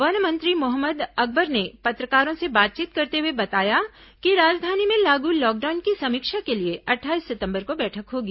one मंत्री मोहम्मद अकबर ने पत्रकारों से बातचीत करते हुए बताया कि राजधानी में लागू लॉकडाउन की समीक्षा के लिए अट्ठाईस सितंबर को बैठक होगी